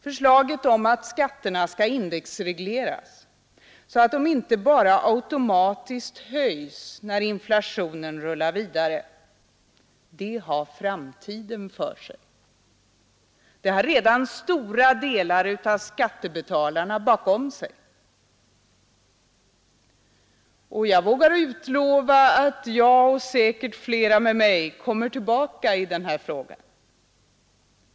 Förslaget att skatterna skall indexregleras så att de inte automatiskt höjs när inflationen rullar vidare har framtiden för sig. Det har redan en stor del av skattebetalarna bakom sig. Jag vågar utlova att jag och säkert flera med mig kommer tillbaka i denna fråga.